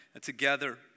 together